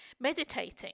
meditating